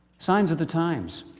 signs of the times,